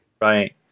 Right